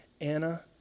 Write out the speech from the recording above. Anna